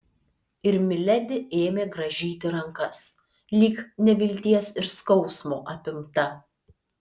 ir miledi ėmė grąžyti rankas lyg nevilties ir skausmo apimta